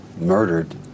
murdered